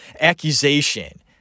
accusation